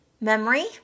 memory